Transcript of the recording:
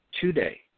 today